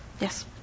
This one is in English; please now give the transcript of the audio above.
Yes